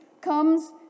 comes